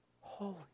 Holy